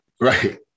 Right